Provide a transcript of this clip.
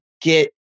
get